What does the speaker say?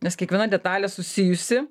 nes kiekviena detalė susijusi